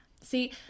See